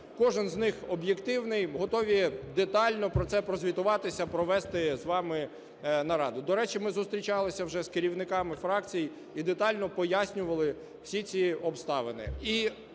кожен з них об'єктивний. Готові детально про це прозвітувати, провести з вами нараду. До речі, ми зустрічалися вже з керівниками фракцій і детально пояснювали всі ці обставини.